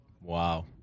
Wow